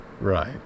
right